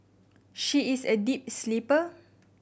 she is a deep sleeper